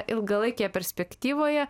ilgalaikėje perspektyvoje